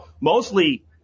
mostly